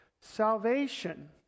Salvation